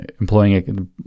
Employing